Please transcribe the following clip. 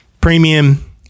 premium